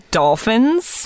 dolphins